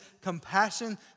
compassion